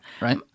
right